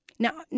Now